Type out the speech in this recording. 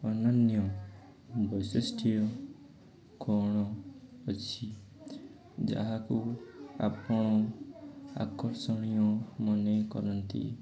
ଅନ୍ୟାନ୍ୟ ବୈଶିଷ୍ଟ୍ୟ କ'ଣ ଅଛି ଯାହାକୁ ଆପଣ ଆକର୍ଷଣୀୟ ମନେ କରନ୍ତି